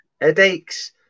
headaches